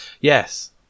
Yes